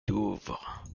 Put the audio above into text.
douvres